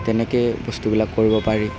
তেনেকে বস্তুবিলাক কৰিব পাৰি